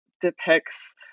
depicts